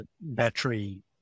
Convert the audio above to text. battery